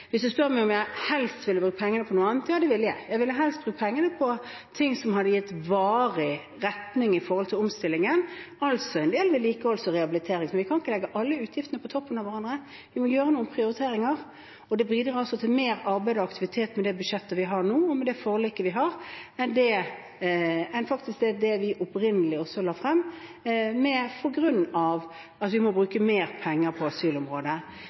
Hvis du spør meg om jeg helst ville brukt pengene på noe annet – ja, det ville jeg. Jeg ville helst brukt pengene på ting som hadde gitt varig retning i omstillingen, altså en del vedlikehold og rehabilitering, men vi kan ikke legge alle utgiftene på toppen av hverandre, vi må gjøre noen prioriteringer. Og med det budsjettet vi har nå, og det forliket vi har, bidrar vi altså faktisk til mer arbeid og aktivitet enn med det vi opprinnelig la frem, på grunn av at vi må bruke mer penger på asylområdet.